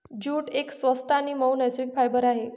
jute एक स्वस्त आणि मऊ नैसर्गिक फायबर आहे